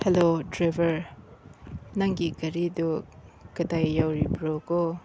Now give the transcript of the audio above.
hello driver ꯅꯪꯒꯤ ꯒꯥꯔꯤꯗꯨ ꯀꯗꯥꯏ ꯌꯧꯔꯤꯕ꯭ꯔꯣ ꯀꯣ